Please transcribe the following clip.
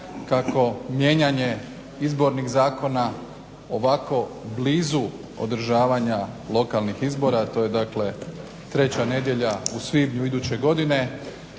kako mijenjanje izbornih zakona ovako blizu održavanja lokalnih izbora, a to je dakle treća nedjelja u svibnju iduće godine